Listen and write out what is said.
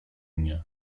mnie